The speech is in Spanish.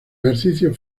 ejercicios